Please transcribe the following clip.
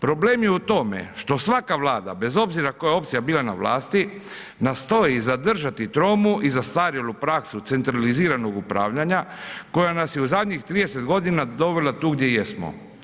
Problem je u tome što svaka vlada, bez obzira koja opcija bila na vlasti nastoji zadržati tromu i zastarjelu praksu centraliziranog upravljanja koja nas je u zadnjih 30 godina dovela tu gdje jesmo.